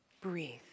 breathe